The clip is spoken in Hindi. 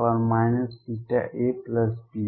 βab है